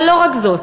אבל לא רק זאת: